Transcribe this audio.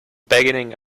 beginning